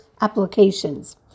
applications